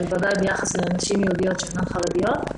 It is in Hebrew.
בוודאי ביחס לנשים יהודיות שאינן חרדיות,